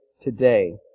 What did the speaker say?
today